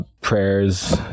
prayers